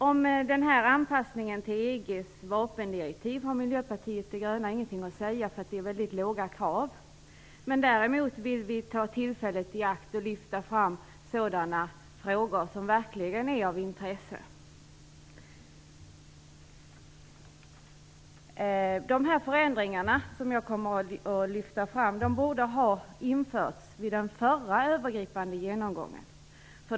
Om den här anpassningen till EG:s vapendirektiv har vi i Miljöpartiet de gröna ingenting att säga, därför att kraven är väldigt låga. Däremot vill vi ta tillfället i akt och lyfta fram sådana frågor som verkligen är av intresse. Dessa förändringar, som jag kommer att lyfta fram, borde ha införts vid den förra övergripande genomgången.